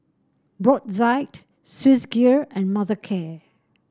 Brotzeit Swissgear and Mothercare